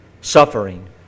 suffering